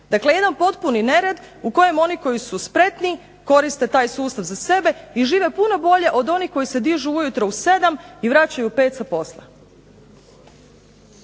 Dakle, jedan potpuni nered u kojem oni koji su spretni koriste taj sustav za sebe i žive puno bolje od onih koji se dižu ujutro u 7 i vraćaju u 5 sa posla.